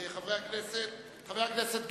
חברי הכנסת,